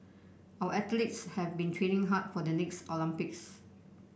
our athletes have been training hard for the next Olympics